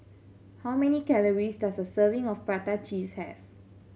how many calories does a serving of prata cheese have